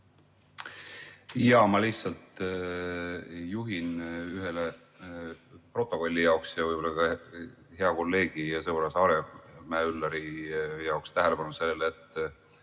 Jaa, ma lihtsalt juhin protokolli jaoks ja võib-olla ka hea kolleegi ja sõbra Saaremäe Üllari jaoks tähelepanu sellele, et